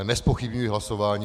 Nezpochybňuji hlasování.